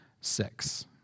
six